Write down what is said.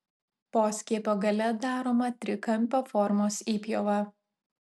poskiepio gale daroma trikampio formos įpjova